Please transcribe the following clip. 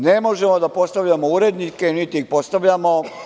Ne možemo da postavljamo urednike, niti ih postavljamo.